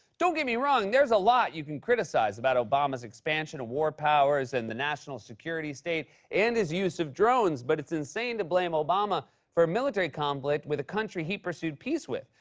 don't get me wrong there's a lot you can criticize about obama's expansion of war powers and the national security state and his use of drones, but it's insane to blame obama for a military conflict with a country he pursued peace with.